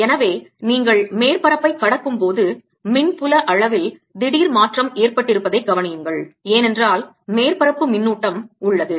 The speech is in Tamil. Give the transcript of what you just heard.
எனவே நீங்கள் மேற்பரப்பைக் கடக்கும்போது மின்புல அளவில் திடீர் மாற்றம் ஏற்பட்டிருப்பதை கவனியுங்கள் ஏனென்றால் மேற்பரப்பு மின்னூட்டம் உள்ளது